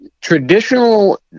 traditional